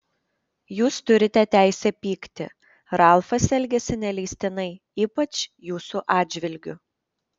jūs turite teisę pykti ralfas elgėsi neleistinai ypač jūsų atžvilgiu